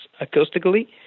acoustically